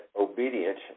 obedience